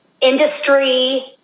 industry